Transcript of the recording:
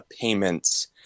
payments